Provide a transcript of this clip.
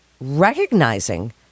recognizing